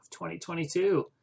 2022